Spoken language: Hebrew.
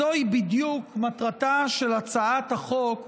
זוהי בדיוק מטרתה של הצעת החוק,